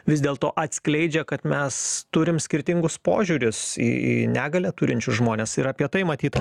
vis dėlto atskleidžia kad mes turim skirtingus požiūrius į į negalią turinčius žmones ir apie tai matyt